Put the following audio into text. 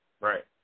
Right